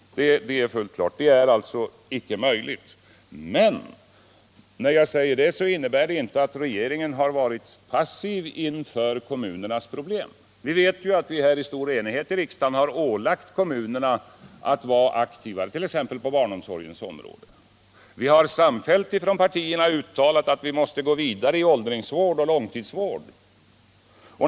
Det är alltså icke möjligt — det är fullt klart. Men när jag säger det, innebär det inte att regeringen har varit passiv inför kommunernas problem. Vi har ju här i riksdagen i stor enighet ålagt kommunerna att vara aktiva, t.ex. på barnomsorgens område. Vi har samfällt från partierna uttalat att vi måste gå vidare när det gäller åldringsvård och långtidsvård.